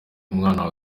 umwana